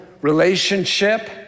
relationship